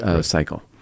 cycle